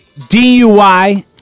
DUI